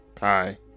hi